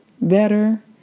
better